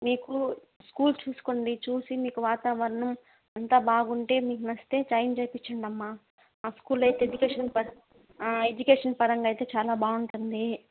మీకు స్కూల్ చూసుకోండి చూసి మీకు వాతావరణం అంతా బాగుంటే మీకు నచ్చితే జాయిన్ చేయించండమ్మా మా స్కూలో అయితే ఎడ్యుకేషన్ ప ఎడ్యుకేషన్ పరంగా అయితే చాలా బాగుంటుంది